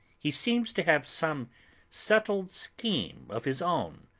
he seems to have some settled scheme of his own,